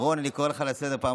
גם עושה פיליבסטר?